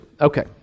Okay